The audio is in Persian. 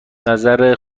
نظر